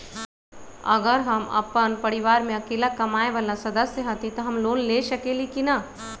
अगर हम अपन परिवार में अकेला कमाये वाला सदस्य हती त हम लोन ले सकेली की न?